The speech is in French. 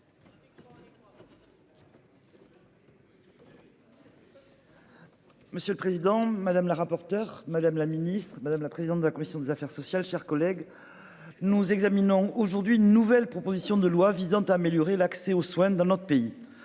Monsieur le président, madame la rapporteure Madame la Ministre madame la présidente de la commission des affaires sociales, chers collègues. Nous examinons aujourd'hui une nouvelle proposition de loi visant à améliorer l'accès aux soins dans notre pays.